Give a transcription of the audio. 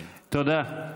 תודה.